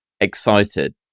excited